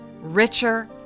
richer